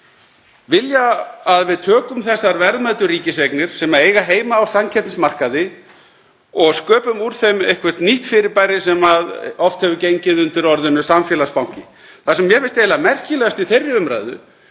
vilja að við tökum þessar verðmætu ríkiseignir sem eiga heima á samkeppnismarkaði og sköpum úr þeim eitthvert nýtt fyrirbæri sem oft hefur gengið undir orðinu samfélagsbanki. Það sem mér finnst eiginlega merkilegast í þeirri umræðu